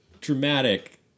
dramatic